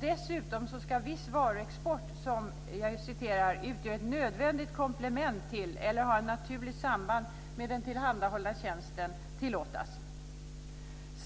Dessutom ska viss varuexport, som "utgör ett nödvändigt komplement till eller har ett naturligt samband med den tillhandahållna tjänsten" tillåtas.